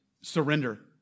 Surrender